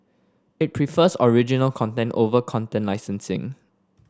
it prefers original content over content licensing